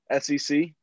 SEC